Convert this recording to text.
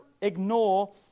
ignore